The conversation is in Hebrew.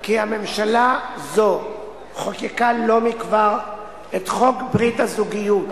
כי ממשלה זו חוקקה לא מכבר את חוק ברית הזוגיות,